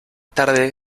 tarde